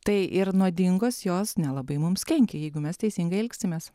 tai ir nuodingos jos nelabai mums kenkia jeigu mes teisingai elgsimės